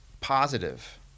Positive